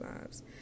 lives